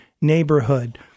neighborhood